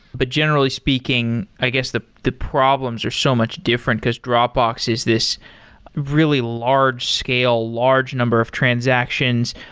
but generally speaking, i guess the the problems are so much different, because dropbox is this really large-scale, large number of transactions.